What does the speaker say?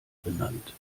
benannt